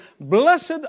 Blessed